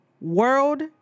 world